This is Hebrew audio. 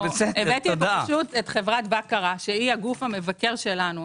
הבאתי את חברת בקרה שהיא הגוף המבקר שלנו.